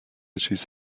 چیز